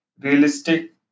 realistic